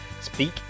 Speak